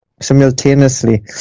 simultaneously